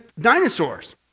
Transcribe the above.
dinosaurs